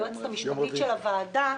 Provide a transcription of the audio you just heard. היועצת המשפטית של הוועדה.